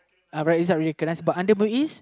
recognise but under MUIS